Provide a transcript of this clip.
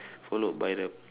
followed by the